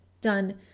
done